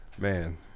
man